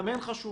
גם הן חשובות